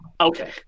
okay